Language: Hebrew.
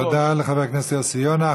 תודה לחבר הכנסת יוסי יונה.